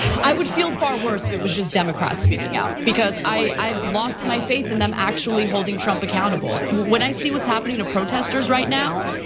i would feel far worse if it was just democrats speaking out, because i've lost my faith in them actually holding trump accountable. what i see what's happening to protesters right now,